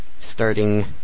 starting